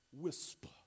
whisper